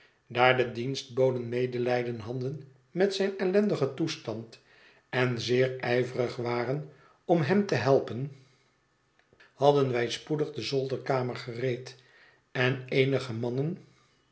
daar de dienstboden medelijden hadden met zijn ellendiger toestand en zeer ijverig waren om hem te helpen hadden wij spoedig de zolderkamer gereed en eenige mannen